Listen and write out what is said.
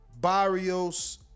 Barrios